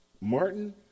Martin